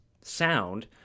sound